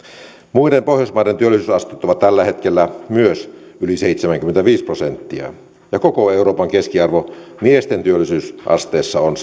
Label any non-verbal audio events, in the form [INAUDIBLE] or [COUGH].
muiden pohjoismaiden työllisyysasteet ovat tällä hetkellä myös yli seitsemänkymmentäviisi prosenttia ja koko euroopan keskiarvo miesten työllisyysasteessa on [UNINTELLIGIBLE]